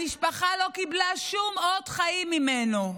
המשפחה לא קיבלה שום אות חיים ממנו.